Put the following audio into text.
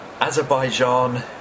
Azerbaijan